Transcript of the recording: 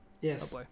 Yes